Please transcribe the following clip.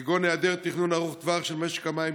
כגון היעדר תכנון ארוך טווח של משק המים,